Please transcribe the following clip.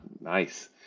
Nice